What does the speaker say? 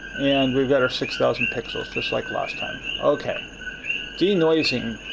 and we've got our six thousand pixels just like last time. okay denoising.